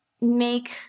make